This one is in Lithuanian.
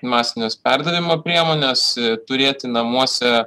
masinės perdavimo priemonės turėti namuose